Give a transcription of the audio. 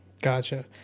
Gotcha